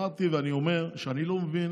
אמרתי, ואני אומר, שאני לא מבין